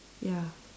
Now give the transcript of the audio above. ya